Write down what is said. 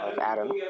Adam